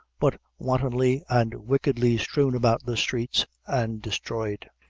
but wantonly and wickedly strewn about the streets and destroyed.